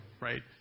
right